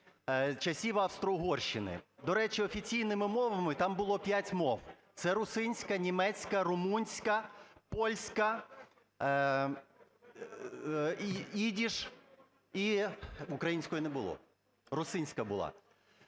часів Австро-Угорщини. До речі, офіційними мовами там було п'ять мов – це русинська, німецька, румунська, польська і їдиш, і… української не було. Русинська була.